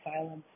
silence